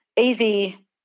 easy